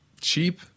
cheap